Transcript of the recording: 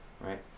Right